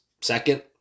Second